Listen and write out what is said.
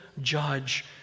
judge